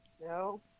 no